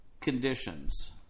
conditions